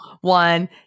one